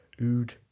Ood